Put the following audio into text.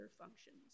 functions